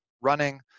running